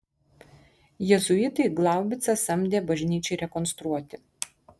jėzuitai glaubicą samdė bažnyčiai rekonstruoti